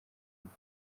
igwa